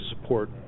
support